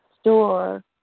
store